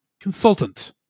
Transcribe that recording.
consultant